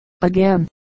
again